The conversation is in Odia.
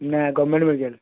ନା ଗଭର୍ଣ୍ଣମେଣ୍ଟ ମେଡ଼ିକାଲ୍